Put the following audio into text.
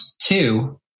Two